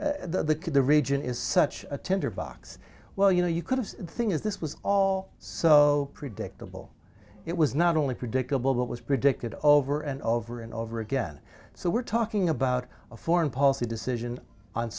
the the region is such a tinderbox well you know you could have thing is this was all so predictable it was not only predictable but was predicted over and over and over again so we're talking about a foreign policy decision on